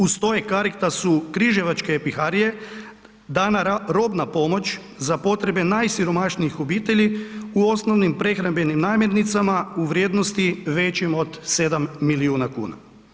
Uz to i je Caritasu Križevačke epiharije dana robna pomoć za potrebe najsiromašnijih obitelji u osnovnim prehrambenih namirnicama u vrijednosti većim od 7 milijuna kuna.